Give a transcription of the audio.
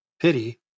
pity